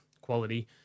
quality